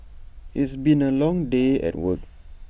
it's been A long day at work